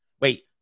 Wait